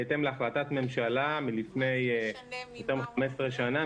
בהתאם להחלטת ממשלה מלפני יותר מ-15 שנה,